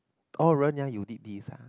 oh Ren-yang you did this ah